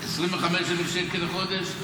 25,000 שקל לחודש.